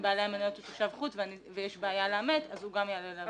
אם בעלי המניות הם תושבי חוץ ויש בעיה לאמת אז הם גם יעלו לוועדה.